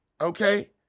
okay